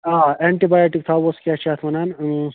آ antibiotic تھاووس کیٛاہ چھِ اَتھ ونان